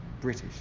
British